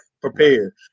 prepared